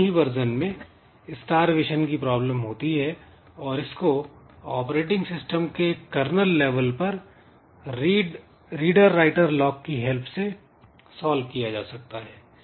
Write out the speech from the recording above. दोनों ही वर्जन में स्टार्वेशन की प्रॉब्लम होती है और इसको ऑपरेटिंग सिस्टम के kernel लेवल पर रीडर राइटर लॉक की हेल्प से सॉल्व किया जा सकता है